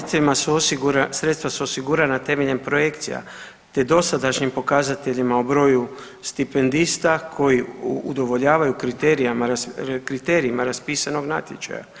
Sredstvima su, sredstva su osigurana temeljem projekcija te dosadašnjim pokazateljima o broju stipendista koji udovoljavaju kriterijima raspisanog natječaja.